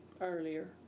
earlier